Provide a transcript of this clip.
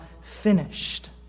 finished